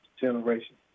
generation